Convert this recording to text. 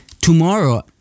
tomorrow